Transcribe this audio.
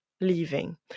leaving